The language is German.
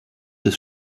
des